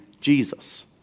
Jesus